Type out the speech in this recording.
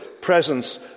presence